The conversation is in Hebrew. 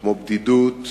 כמו בדידות,